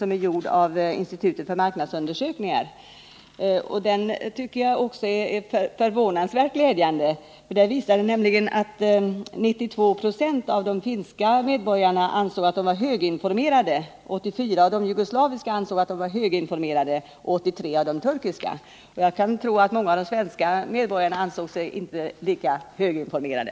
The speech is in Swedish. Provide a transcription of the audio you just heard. Man har undersökt hur invandrarna själva ansåg sig vara informerade. Jag tycker att resultatet av den undersökningen är förvånansvärt glädjande. Den visade nämligen att 92 90 av de finska medborgarna, 84 70 av de jugoslaviska och 83 90 av de turkiska ansåg att de var höginformerade. Jag skulle tro att många av de svenska medborgarna inte ansåg sig vara lika höginformerade.